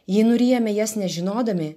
jį nuryjame jas nežinodami